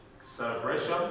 Celebration